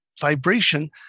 vibration